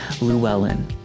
Llewellyn